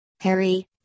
Harry